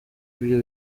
ibyo